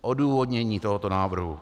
Odůvodnění tohoto návrhu.